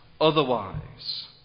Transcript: Otherwise